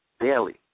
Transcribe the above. daily